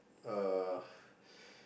uh